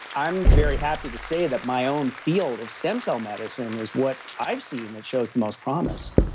i'm very happy to say that my own field of stem cell medicine, is what i've seen that shows the most promise